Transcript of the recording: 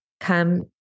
come